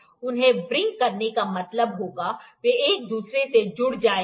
उन्हें व्हरिंग करने का मतलब होगा वे एक दूसरे से जुड़ जाएंगे